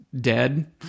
dead